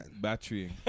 Battery